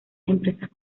empresas